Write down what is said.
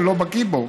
אני לא בקי בו.